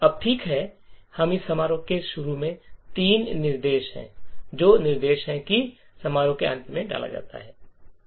अब ठीक है हम समारोह के शुरू में तीन निर्देश है और दो निर्देश है कि समारोह के अंत में डाला जाता है